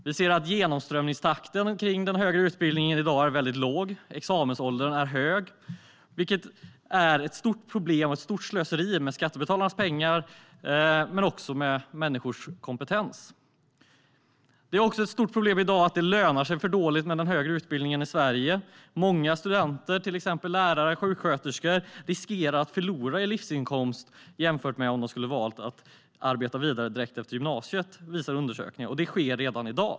Vi ser att genomströmningstakten i den högre utbildningen är väldigt låg. Examensåldern är hög. Det är ett stort problem och ett stort slöseri med skattebetalarnas pengar men också med människors kompetens. Det är också ett stort problem att det lönar sig för dåligt med den högre utbildningen i Sverige. Många studenter, till exempel de som studerar till lärare och sjuksköterskor, riskerar att förlora i livsinkomst jämfört med om de skulle ha valt att arbeta direkt efter gymnasiet - det visar undersökningar. Detta sker redan i dag.